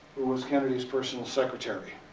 who was kennedy's personal secretary.